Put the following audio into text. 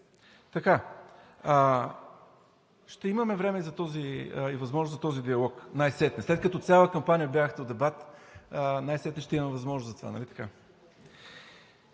най-сетне време и възможност за този диалог, след като в цялата кампания бягахте от дебат, най-сетне ще имаме възможност за това,